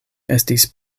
estis